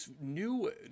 new